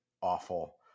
awful